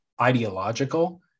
ideological